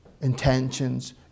intentions